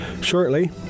shortly